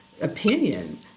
opinion